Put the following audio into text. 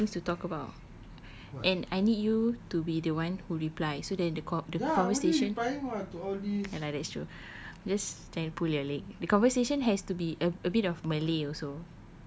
I have a lot of things to talk about and I need you to be the one who reply so then the co~ the conversation ya lah that's true just trying to pull your leg the conversation has to be a bit of malay also